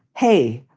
hey,